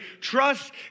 trust